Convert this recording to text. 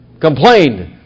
Complained